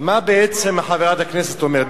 מה בעצם חברת הכנסת אומרת?